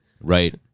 Right